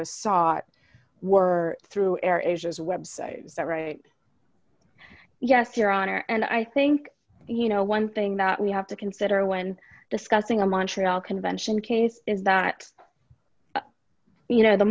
was sought were through air asia's website is that right yes your honor and i think you know one thing that we have to consider when discussing a montreal convention case is that you know the